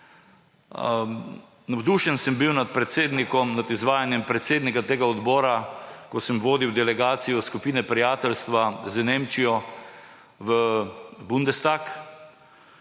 Navdušen sem bil nad izvajanjem predsednika tega odbora, ko sem vodil delegacijo skupine prijateljstva z Nemčijo v bundestag